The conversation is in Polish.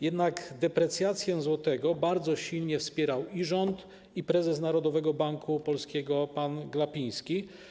Jednak deprecjację złotego bardzo silnie wspierali i rząd, i prezes Narodowego Banku Polskiego pan Glapiński.